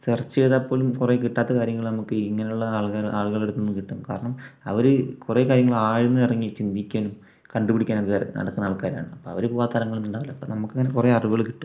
search ചെയ്താൽ പോലും കുറേ കിട്ടാത്ത കാര്യങ്ങൾ നമുക്ക് ഇങ്ങനെയുള്ള ആളുകളു ആളുകളുടെ അടുത്ത് നിന്നു കിട്ടും കാരണം അവര് കുറേ കാര്യങ്ങൾ ആഴ്ന്നിറങ്ങി ചിന്തിക്കാനും കണ്ടുപിടിക്കാനും ഒക്കെ നടക്കുന്ന ആൾക്കാരാണ് അവര് പോകാത്ത സ്ഥലങ്ങളൊന്നും ഉണ്ടാവില്ല അപ്പോൾ നമുക്കിനങ്ങനെ കുറേ അറിവുകൾ കിട്ടും